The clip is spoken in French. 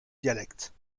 dialecte